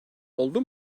oldu